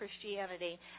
Christianity